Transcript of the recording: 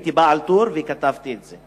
הייתי בעל טור וכתבתי את זה.